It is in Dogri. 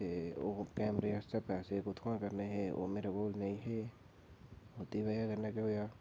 ते कैमरे आस्तै पैसे कुत्थुआं करने हे ओह्दी बजह् कन्नै